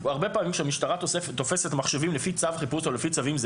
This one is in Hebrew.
הרבה פעמים כשהמשטרה תופסת מחשבים לפי צו חיפוש או לפי צווים,